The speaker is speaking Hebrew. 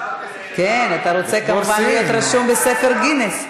אתה רוצה כמובן להיות רשום בספר "גינס".